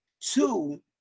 Two